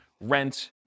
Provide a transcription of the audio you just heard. rent